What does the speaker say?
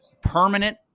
permanent